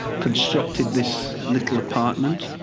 constructed this little apartment.